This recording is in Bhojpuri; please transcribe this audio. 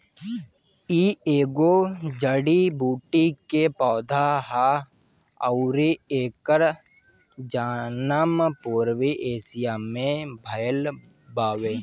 इ एगो जड़ी बूटी के पौधा हा अउरी एकर जनम पूर्वी एशिया में भयल बावे